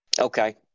Okay